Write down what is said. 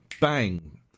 Bang